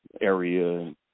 area